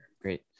Great